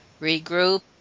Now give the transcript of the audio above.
regroup